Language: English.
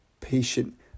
patient